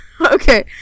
Okay